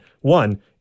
One